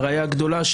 והראיה הגדולה,